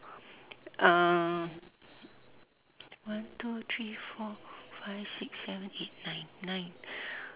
um one two three four five six seven eight nine nine